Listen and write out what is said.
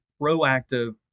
proactive